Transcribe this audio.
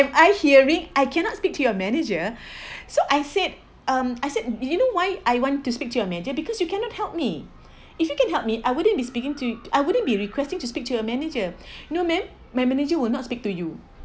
I hearing I cannot speak to your manager so I said um I said do you know why I want to speak to your manager because you cannot help me if you can help me I wouldn't be speaking to I wouldn't be requesting to speak to your manager no ma'am my manager will not speak to you